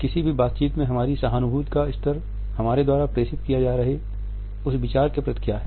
किसी भी बातचीत में हमारी सहानुभूति का स्तर हमारे द्वारा प्रेषित किये जा रहे उस विचार के प्रति क्या है